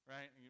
Right